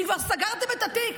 ואם כבר סגרתם את התיק,